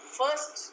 first